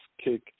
kick